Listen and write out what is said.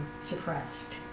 suppressed